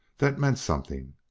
that meant something.